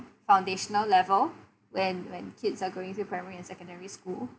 foundational level when when kids are going to primary and secondary school